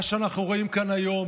מה שאנחנו רואים כאן היום,